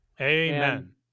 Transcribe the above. Amen